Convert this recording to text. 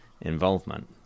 involvement